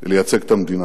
היא לייצג את המדינה.